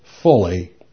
fully